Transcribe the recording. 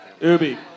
Ubi